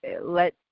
let